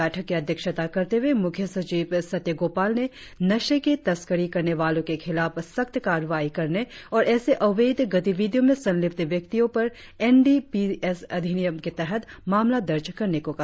बैठक की अध्यक्षता करते हुए मुख्य सचिव सत्य गोपाल ने नशे की तस्करी करने वालो के खिलाफ सख्त कार्रवाई करने और ऎसे अवैध गतिविधियों में संलिप्त व्यक्तियों पर एन डी पी एस अधिनियम के तहत मामला दर्ज करने को कहा